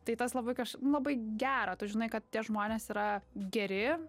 tai tas labai kaž labai gera tu žinai kad tie žmonės yra geri